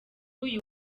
uyu